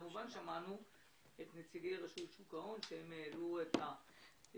כמובן ששמענו את נציגי רשות שוק ההון שהעלו את הנושאים.